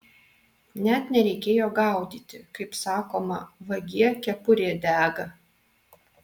net nereikėjo gaudyti kaip sakoma vagie kepurė dega